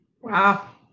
Wow